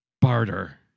Barter